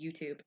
YouTube